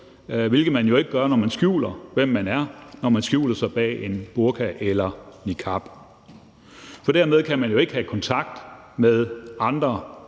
hvilket man jo ikke gør, når man skjuler, hvem man er, når man skjuler sig bag en burka eller niqab. For dermed kan man jo ikke have kontakt med andre